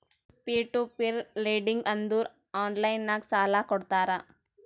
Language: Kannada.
ಪೀರ್ ಟು ಪೀರ್ ಲೆಂಡಿಂಗ್ ಅಂದುರ್ ಆನ್ಲೈನ್ ನಾಗ್ ಸಾಲಾ ಕೊಡ್ತಾರ